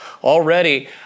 Already